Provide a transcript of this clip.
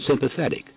sympathetic